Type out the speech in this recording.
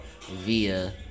via